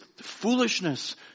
foolishness